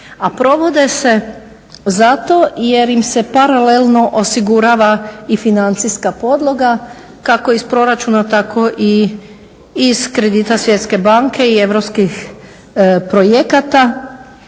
A provode se zato jer im se paralelno osigurava i financijska podloga kako iz proračuna tako i iz kredita svjetske banke i europskih projekata.